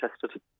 tested